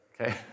Okay